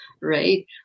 right